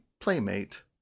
playmate